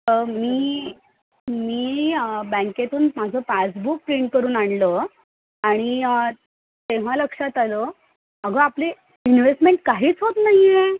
मी मी बँकेतून माझं पासबुक प्रिंट करून आणलं आणि तेव्हा लक्षात आलं अगं आपले इनववेस्टमेंट काहीच होत नाहीये